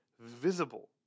visible